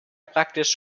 praktisch